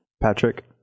Patrick